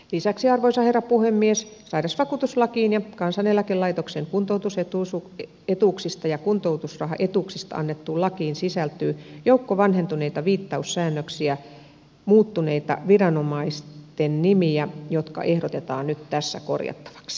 lisäksi arvoisa herra puhemies sairausvakuutuslakiin ja kansaneläkelaitoksen kuntoutusetuuksista ja kuntoutusrahaetuuksista annettuun lakiin sisältyy joukko vanhentuneita viittaussäännöksiä muuttuneita viranomaisten nimiä jotka ehdotetaan nyt tässä korjattavaksi